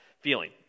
feeling